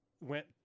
went